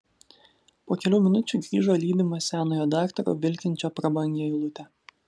po kelių minučių grįžo lydimas senojo daktaro vilkinčio prabangią eilutę